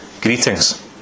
Greetings